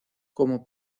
como